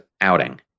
outing